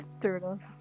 Turtles